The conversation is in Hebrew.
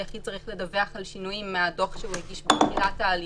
היחיד צריך לדווח על שינויים מהדוח שהוא הגיש בתחילת ההליך,